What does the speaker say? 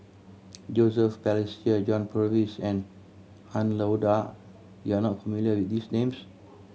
Joseph Balestier John Purvis and Han Lao Da you are not familiar with these names